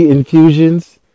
Infusions